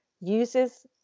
uses